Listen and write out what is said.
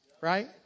right